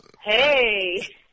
Hey